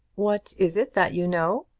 what is it that you know?